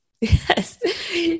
Yes